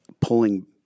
pulling